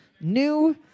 new